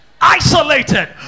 isolated